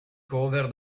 cover